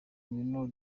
ngwino